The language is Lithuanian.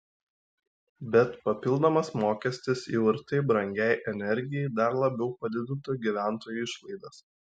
bet papildomas mokestis jau ir taip brangiai energijai dar labiau padidintų gyventojų išlaidas